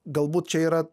galbūt čia yra